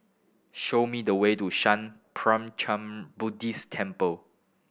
show me the way to Sattha Puchaniyaram Buddhist Temple